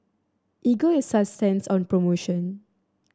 Ego Sunsense on promotion